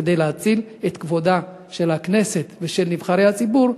כדי להציל את כבודה של הכנסת וכבודם של נבחרי הציבור,